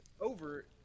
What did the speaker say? over